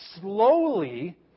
slowly